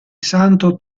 santo